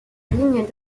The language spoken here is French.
ligne